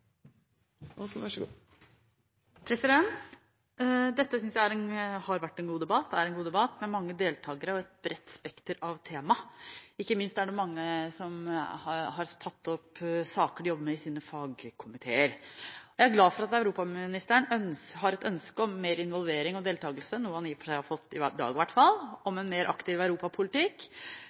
et bredt spekter av tema. Ikke minst er det mange som har tatt opp saker de jobber med i sine fagkomiteer. Jeg er glad for at europaministeren har et ønske om mer involvering og deltakelse, noe han i og for seg har fått i dag i hvert fall, med hensyn til en mer aktiv europapolitikk.